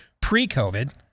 pre-COVID